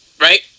right